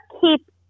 keep